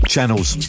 channels